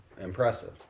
impressive